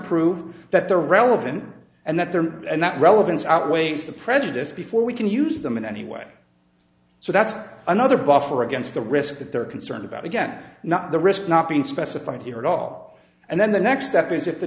prove that they're relevant and that there and that relevance outweighs the prejudice before we can use them in any way so that's another buffer against the risk that they're concerned about again not the risk not being specified here at all and then the next step is if the